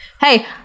Hey